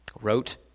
wrote